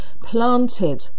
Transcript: planted